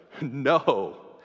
No